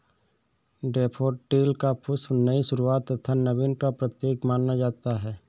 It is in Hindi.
डेफोडिल का पुष्प नई शुरुआत तथा नवीन का प्रतीक माना जाता है